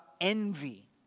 envy